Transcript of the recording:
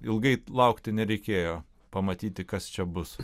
ilgai laukti nereikėjo pamatyti kas čia bus